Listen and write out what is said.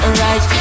right